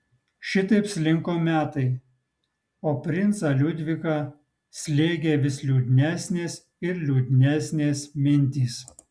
šitaip slinko metai o princą liudviką slėgė vis liūdnesnės ir liūdnesnės mintys